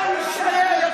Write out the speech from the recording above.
אתה עובד עם שתי הצדדים.